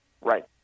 Right